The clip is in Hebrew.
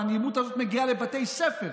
והאלימות הזאת מגיעה לבתי ספר,